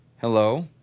Hello